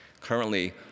Currently